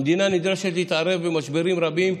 המדינה נדרשת להתערב במשברים רבים.